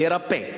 לרפא.